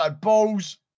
balls